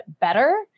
better